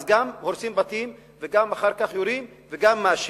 אז גם הורסים בתים, גם אחר כך יורים וגם מאשימים.